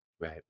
right